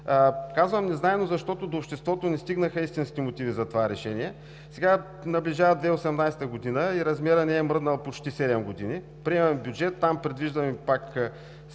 Казвам „незнайно“, защото до обществото не стигнаха истинските мотиви за това решение. Сега наближава 2018 г. и размерът не е мръднал почти седем години. Приемаме бюджет, там предвиждаме пак